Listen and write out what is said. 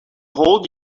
hold